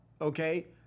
okay